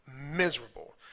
miserable